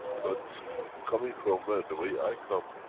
but coming from where, the way i come,